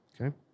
Okay